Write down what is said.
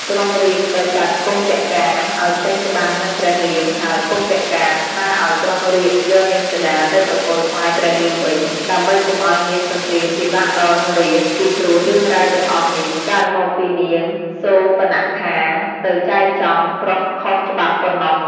ក្រុរាពណ៍ក៏ចាត់កុម្ពកាណ៍ ឱ្យចេញច្បាំងនឹងព្រះរាមហើយកុម្ពកាណ៍ស្នើឱ្យក្រុងរាពណ៍ យកនាងសីតាទៅប្រគល់ថ្វាយព្រះរាមវិញ ដើម្បីកុំឱ្យមានសង្គ្រាមពិបាកដល់រាស្ត្រពីព្រោះរឿងរាវទាំងអស់នេះ កើតមកពីនាងសូរបនខាទៅចែចង់ប្រុសខុសច្បាប់ប៉ុណ្ណោះ។